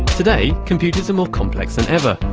today, computers are more complex than ever,